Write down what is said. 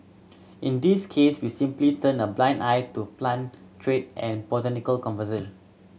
in this case we simply turned a blind eye to plant trade and botanical conservation